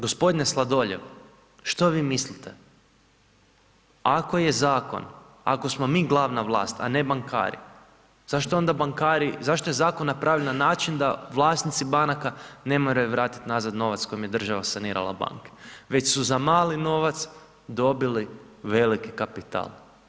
Gospodine Sladoljev, što vi mislite, ako je zakon, ako smo mi glavna vlast a ne bankari, zašto onda bankari, zašto je zakon napravljen na način da vlasnici banaka ne moraju vratiti nazad novac kojim je država sanirala banke već su za mali novac dobili veliki kapital.